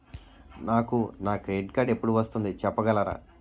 నాకు నా credit card ఎపుడు వస్తుంది చెప్పగలరా?